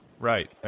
Right